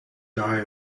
die